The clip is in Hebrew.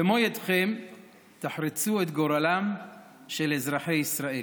במו ידיכם תחרצו את גורלם של אזרחי ישראל.